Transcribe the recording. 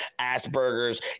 Aspergers